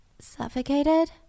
Suffocated